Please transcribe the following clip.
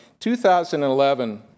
2011